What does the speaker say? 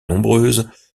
nombreuses